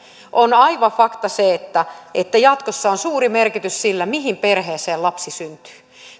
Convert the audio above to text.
on aivan fakta se että jatkossa on suuri merkitys sillä mihin perheeseen lapsi syntyy